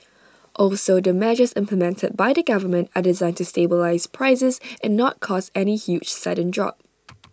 also the measures implemented by the government are designed to stabilise prices and not cause any huge sudden drop